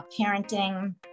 parenting